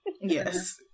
yes